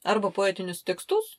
arba poetinius tekstus